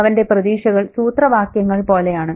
അവന്റെ പ്രതീക്ഷകൾ സൂത്രവാക്യങ്ങൾ പോലെയാണ്